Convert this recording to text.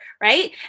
Right